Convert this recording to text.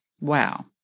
Wow